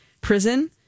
prison